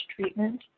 treatment